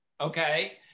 Okay